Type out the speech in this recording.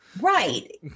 Right